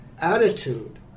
attitude